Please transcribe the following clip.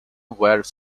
were